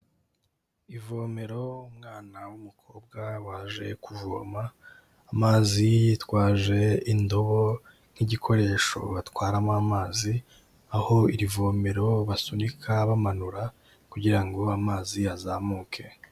Ivomero, umwana w'umukobwa waje kuvoma amazi yitwaje indobo nk'igikoresho batwaramo amazi, aho iri vomero basunika bamanura kugira ngo amazi azamuke.